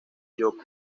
yoko